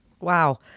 Wow